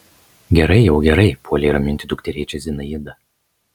gerai jau gerai puolė raminti dukterėčią zinaida